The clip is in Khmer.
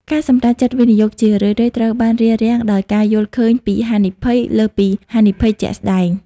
ការសម្រេចចិត្តវិនិយោគជារឿយៗត្រូវបានរារាំងដោយ "ការយល់ឃើញពីហានិភ័យ" លើសពីហានិភ័យជាក់ស្ដែង ។